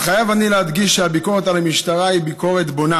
אך חייב אני להדגיש שהביקורת על המשטרה היא ביקורת בונה,